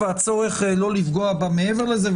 והצורך לא לפגוע בה מעבר לזה,